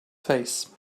face